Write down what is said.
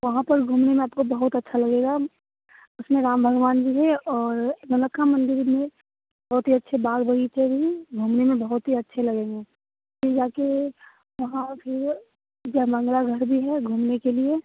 वहाँ पर घूमने में आपको बहुत अच्छा लगेगा उसमें राम भगवान भी हैं और नौलक्खा मन्दिर भी है बहुत ही अच्छे बाग बगीचे भी हैं घूमने में बहुत ही अच्छा लगेगा फिर जाकर वहाँ फिर जय मंगला गढ़ भी है घूमने के लिए